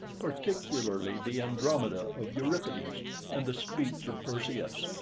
particularly the andromeda of euripides, and the speech of perseus,